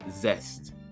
zest